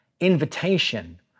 invitation